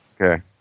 Okay